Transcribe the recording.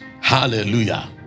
Hallelujah